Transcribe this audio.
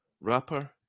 rapper